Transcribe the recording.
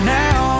now